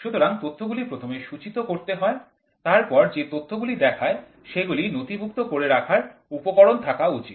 সুতরাং তথ্যগুলি প্রথমে সূচিত করতে হয় তারপর যে তথ্যগুলি দেখায় সেগুলি নথিভুক্ত করে রাখার উপকরণ থাকা উচিত